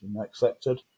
accepted